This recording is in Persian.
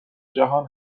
جهان